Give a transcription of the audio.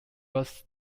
was